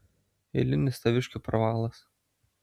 eilinis taviškių pravalas